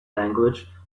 language